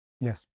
yes